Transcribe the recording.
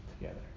together